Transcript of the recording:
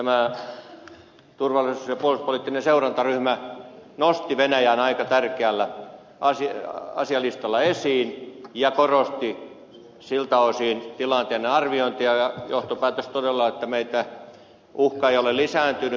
tämä turvallisuus ja puolustuspoliittinen seurantaryhmä nosti venäjän aika tärkeänä asialistalla esiin ja korosti siltä osin tilanteen arviointia ja johtopäätös todella on että meillä uhka ei ole lisääntynyt